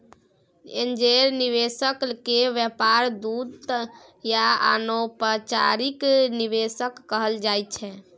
angel निवेशक केर व्यापार दूत या अनौपचारिक निवेशक कहल जाइ छै